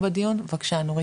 לכולם,